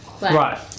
Right